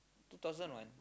two thousand one